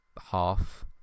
half